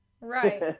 Right